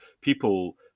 people